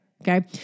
okay